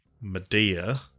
medea